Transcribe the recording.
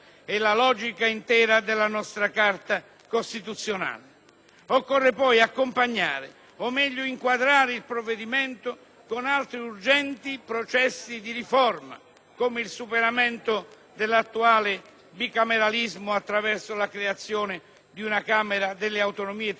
Occorre poi accompagnare, o meglio inquadrare, il provvedimento con altri urgenti processi di riforma, come il superamento dell'attuale bicameralismo attraverso la creazione di una Camera delle autonomie territoriali o Senato delle autonomie, o come la chiameremo.